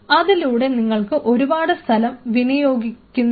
അതിലൂടെ നിങ്ങൾ ഒരുപാട് സ്ഥലം വിനിയോഗിക്കുന്നില്ല